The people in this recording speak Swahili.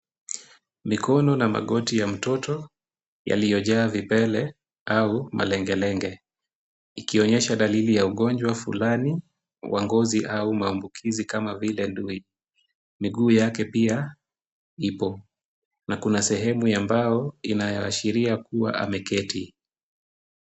Mikono na magoti ya mtoto, yaliyojaa vipele au malengelenge, ikionyesha dalili ya ugonjwa fulani wa ngozi au maambukizi kama vile ndui, miguu yake pia ipo na kuna sehemu ya mbao, inaashiria kuwa ameketi.